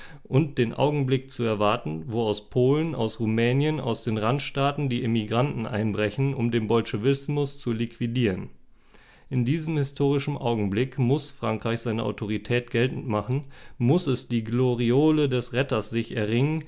und den augenblick zu erwarten wo aus polen aus rumänien aus den randstaaten die emigranten einbrechen um den bolschewismus zu liquidieren in diesem historischen augenblick muß frankreich seine autorität geltend machen muß es die gloriole des retters sich erringen